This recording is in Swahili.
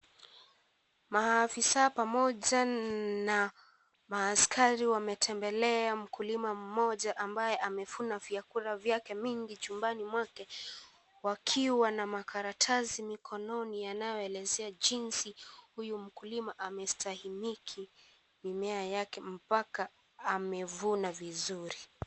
Maafisa pamoja na maaskari wametembelea mkulima moja ambaye amevuna vyakula vyake vingi chumbani mwake, wakiwa na makaratasi mikononi yanayoelezea jinsi huyu mkulima amestahimiki mimea yake mpaka amevuna vizuri.